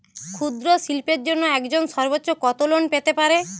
ক্ষুদ্রশিল্পের জন্য একজন সর্বোচ্চ কত লোন পেতে পারে?